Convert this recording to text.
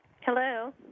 Hello